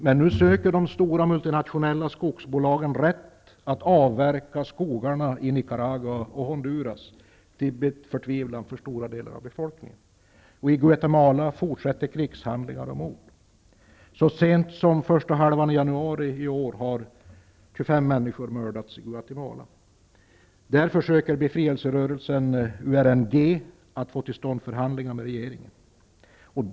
Men nu söker de stora multinationella skogsbolagen rätt att avverka skogarna i Nicaragua och Honduras, till förtvivlan för stora delar av befolkningen. I Guatemala fortsätter krigshandlingar och mord. Så sent som under första halvan av januari i år mördades 25 människor i Guatemala. Befrielserörelsen URNG försöker få till stånd förhandlingar med regeringen.